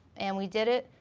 and we did it,